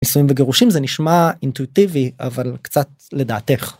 נישואים וגירושים זה נשמע אינטואיטיבי אבל קצת לדעתך.